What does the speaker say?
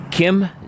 Kim